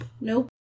Nope